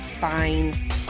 Fine